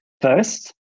first